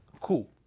Cool